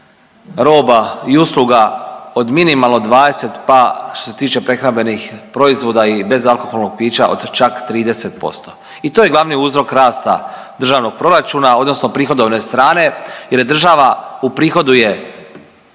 roba i usluga od minimalno 20, pa što se tiče prehrambenih proizvoda i bezalkoholnog pića od čak 30%. I to je glavni uzrok rasta državnog proračuna odnosno prihodovne strane, jer je država uprihoduje